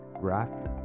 graph